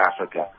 Africa